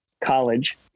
college